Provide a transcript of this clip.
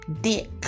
Dick